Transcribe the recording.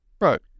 Right